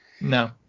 No